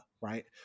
right